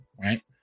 right